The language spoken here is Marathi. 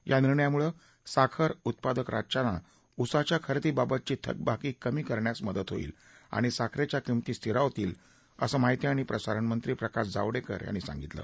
या निर्णयामुळं साखर उत्पादक राज्यांना ऊसाच्या खरेदी बाबतची थकबाकी कमी करण्यास मदत होईल आणि साखरेच्या किंमती स्थिरावतील असं माहिती आणि प्रसारण मंत्री प्रकाश जावडेकर यांनी सांगितलं